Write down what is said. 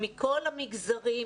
מכל המגזרים.